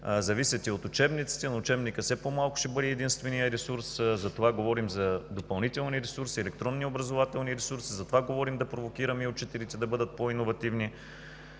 зависят и от учебниците, но учебникът все по-малко ще бъде единственият ресурс, затова говорим за допълнителни ресурси – електронно образователния ресурс, говорим да провокираме и учителите да бъдат по иновативни,